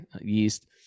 yeast